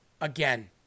again